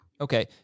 Okay